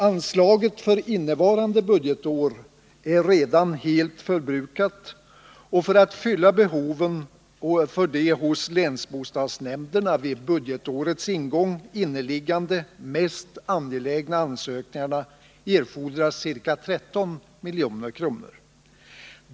Anslaget för innevarande budgetår är redan helt förbrukat, och för att kunna täcka behoven när det gäller de hos länsbostadsnämnderna vid budgetårets ingång inneliggande mest angelägna ansökningarna erfordras ca 13 milj.kr.